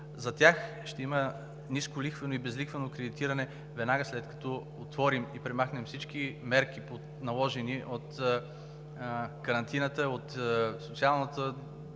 За тях ще има нисколихвено и безлихвено кредитиране веднага, след като отворим и премахнем всички мерки, наложени от карантината, от социалното